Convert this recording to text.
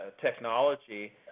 technology